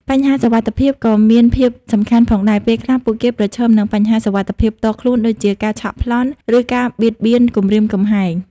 បញ្ហាសុវត្ថិភាពក៏មានភាពសំខាន់ផងដែរ ពេលខ្លះពួកគេប្រឈមនឹងបញ្ហាសុវត្ថិភាពផ្ទាល់ខ្លួនដូចជា ការឆក់ប្លន់ ឬការបៀតបៀនគំរាមគំហែង ។